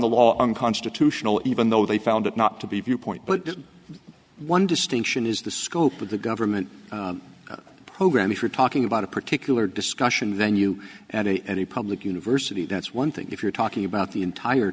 the law unconstitutional even though they found it not to be viewpoint but one distinction is the scope of the government program if you're talking about a particular discussion then you and any public university that's one thing if you're talking about the entire